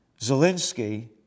Zelensky